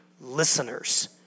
listeners